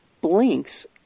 blinks